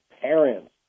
parents